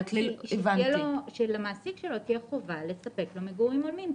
אומרת --- שלמעסיק שלו תהיה חובה לספק לו מגורים הולמים.